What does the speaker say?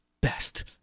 best